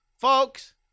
folks